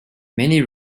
many